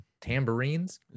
tambourines